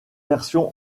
versions